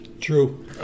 True